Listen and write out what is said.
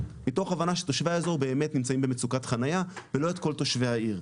מתוך הבנה שתושבי האזור באמת נמצאים במצוקת חניה ולא את כל תושבי העיר,